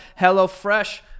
HelloFresh